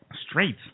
Straight